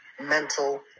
mental